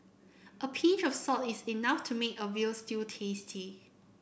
a pinch of salt is enough to make a veal stew tasty